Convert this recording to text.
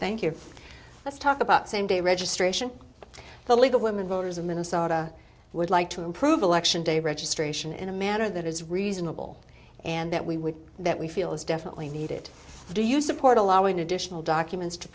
thank you let's talk about same day registration the league of women voters in minnesota would like to improve election day registration in a manner that is reasonable and that we would that we feel is definitely needed do you support allowing additional documents to